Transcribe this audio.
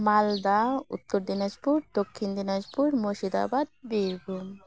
Malda Uttar Dinajpur Dakshin Dinajpur Murshidabad Birbhum